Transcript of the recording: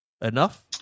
enough